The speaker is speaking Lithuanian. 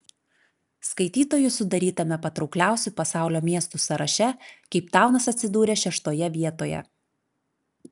skaitytojų sudarytame patraukliausių pasaulio miestų sąraše keiptaunas atsidūrė šeštoje vietoje